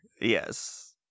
Yes